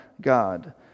God